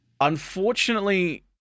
Unfortunately